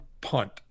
punt